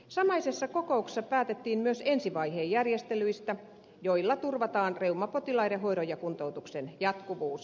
samaisessa kokouksessa päätettiin myös ensivaiheen järjestelyistä joilla turvataan reumapotilaiden hoidon ja kuntoutuksen jatkuvuus